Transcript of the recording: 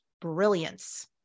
brilliance